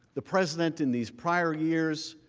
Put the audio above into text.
the president in these prior years,